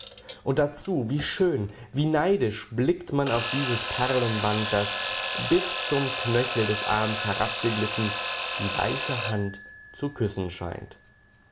und dazu wie schön wie neidisch blickt man auf dies perlenband das bis zum knöchel des arms herabgeglitten die weiße hand zu küssen scheint